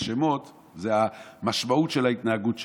השמות הם המשמעות של ההתנהגות שלו: